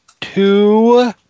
two